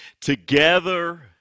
together